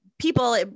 people